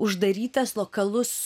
uždarytas lokalus